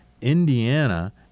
Indiana